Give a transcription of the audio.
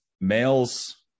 males